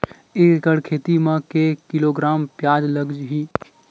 एक एकड़ खेती म के किलोग्राम प्याज लग ही?